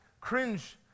cringe